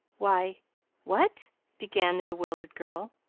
why what began the bewildered girl,